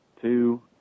two